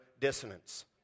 dissonance